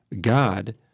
God